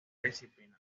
disciplina